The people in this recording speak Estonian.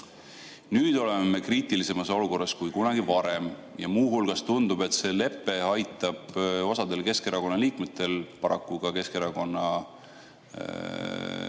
me oleme kriitilisemas olukorras kui kunagi varem ja muu hulgas tundub, et see lepe aitab osadel Keskerakonna liikmetel, paraku ka Keskerakonna fraktsiooni